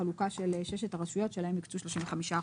זה פשוט לקבוע חלוקה שונה של העוגה הקיימת.